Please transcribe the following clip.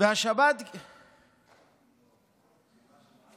והשבת, סליחה.